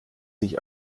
sich